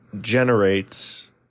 generates